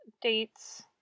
dates